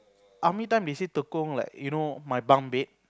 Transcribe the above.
army time they say tekong like you know my bunk bed